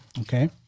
Okay